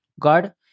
God